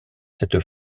cette